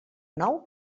nou